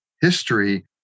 history